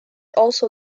also